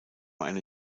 eine